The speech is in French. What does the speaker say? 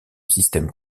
systèmes